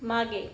मागे